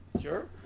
Sure